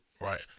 Right